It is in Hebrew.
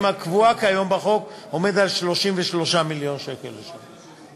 הקבועה כיום בחוק עומדת על 33 מיליון שקל לשנה.